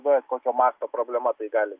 vat kokio masto problema tai gali